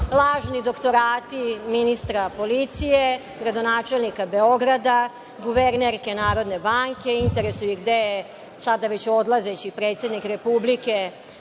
lažni doktorati ministra policije, gradonačelnika Beograda, guvernerke NBS, interesuje ih gde je sada već odlazeći predsednik Republike